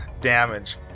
damage